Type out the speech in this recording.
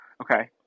Okay